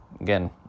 Again